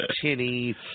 tinny